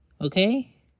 Okay